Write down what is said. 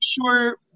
sure